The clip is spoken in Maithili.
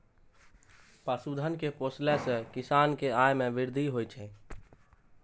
पशुधन कें पोसला सं किसान के आय मे वृद्धि होइ छै